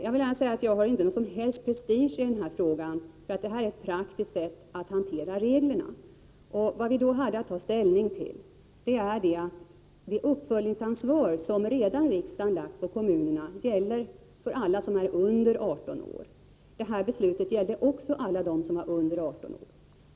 Det är inte alls fråga om någon prestige för min del i denna fråga. Denna lösning är ett praktiskt sätt att hantera reglerna på. Vi hade att ta ställning till att det uppföljningsansvar som riksdagen redan har lagt på kommunerna gäller för alla som är under 18 år. I detta beslut omfattas också alla som är under 18 år.